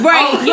Right